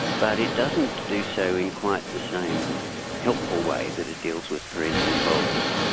but it doesn't do so in quite the same helpful way that it deals with parental involvement.